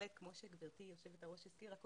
כמו שגברתי יושבת הראש הזכירה קודם,